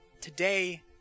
Today